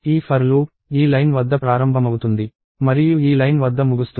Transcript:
ఈ ఫర్ లూప్ఈ లైన్ వద్ద ప్రారంభమవుతుంది మరియు ఈ లైన్ వద్ద ముగుస్తుంది